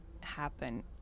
happen